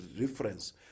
reference